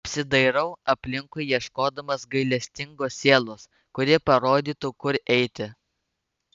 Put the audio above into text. apsidairau aplinkui ieškodamas gailestingos sielos kuri parodytų kur eiti